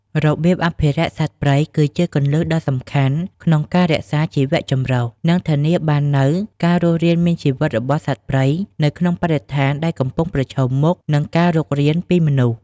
របៀងអភិរក្សសត្វព្រៃ គឺជាគន្លឹះដ៏សំខាន់ក្នុងការរក្សាជីវចម្រុះ និងធានាបាននូវការរស់រានមានជីវិតរបស់សត្វព្រៃនៅក្នុងបរិស្ថានដែលកំពុងប្រឈមមុខនឹងការរុករានពីមនុស្ស។